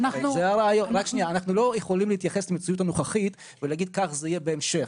אנחנו לא יכולים להתייחס למציאות הנוכחית ולהגיד: כך זה יהיה בהמשך.